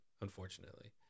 unfortunately